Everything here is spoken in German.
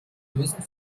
lösen